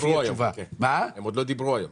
ברור שהם לא ישחררו, כי אף אחד לא יקנה את זה.